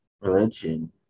religion